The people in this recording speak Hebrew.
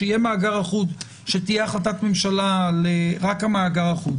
וכשיהיה מאגר אחוד שתהיה החלטת ממשלה לפרסם רק במאגר האחוד,